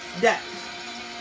Death